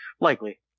Likely